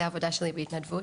זו עבודה שלי בהתנדבות.